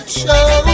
show